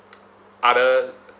other